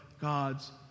God's